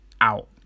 out